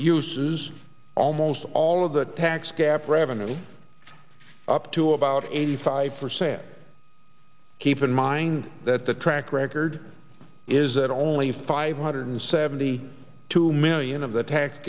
uses almost all of the tax gap revenue up to about eighty five for sale keep in mind that the track record is that only five hundred seventy two million of the tax